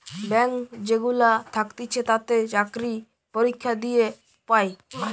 bank যেগুলা থাকতিছে তাতে চাকরি পরীক্ষা দিয়ে পায়